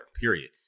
period